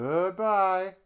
Goodbye